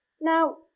Now